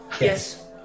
Yes